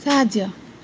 ସାହାଯ୍ୟ